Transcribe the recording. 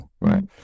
Right